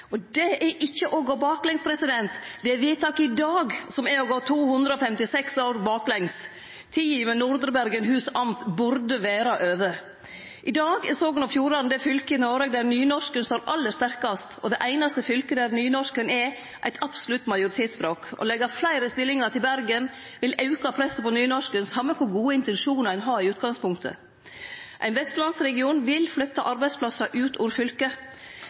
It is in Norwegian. Og det er ikkje å gå baklengs. Det er vedtaket i dag som er å gå 256 år baklengs! Tida med Nordre Bergenhus amt burde vere over. I dag er Sogn og Fjordane det fylket i Noreg der nynorsken står aller sterkast, og det einaste fylket der nynorsken er eit absolutt majoritetsspråk. Å leggje fleire stillingar til Bergen vil auke presset på nynorsken, same kor gode intensjonar ein har i utgangspunktet. Ein vestlandsregion vil flytte arbeidsplassar ut av fylket.